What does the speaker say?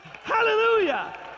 Hallelujah